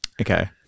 okay